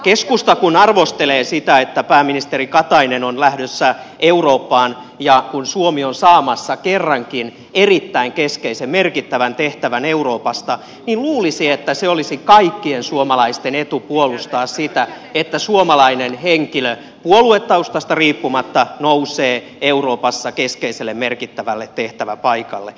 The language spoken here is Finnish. keskusta kun arvostelee sitä että pääministeri katainen on lähdössä eurooppaan niin kun suomi on saamassa kerrankin erittäin keskeisen merkittävän tehtävän euroopasta niin luulisi että se olisi kaikkien suomalaisten etu puolustaa sitä että suomalainen henkilö puoluetaustasta riippumatta nousee euroopassa keskeiselle merkittävälle tehtäväpaikalle